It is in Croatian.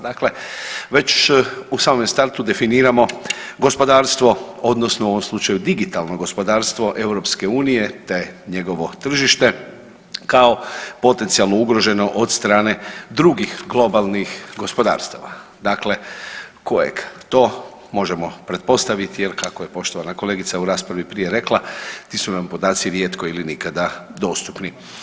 Dakle, već u samome startu definiramo gospodarstvo odnosno u ovom slučaju digitalno gospodarstvo EU, te njegovo tržište, kao potencijalno ugroženo od strane drugih globalnih gospodarstava, dakle kojeg to možemo pretpostaviti jel kako je poštovana kolegica u raspravi prije rekla ti su nam podaci rijetko ili nikada dostupni.